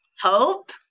hope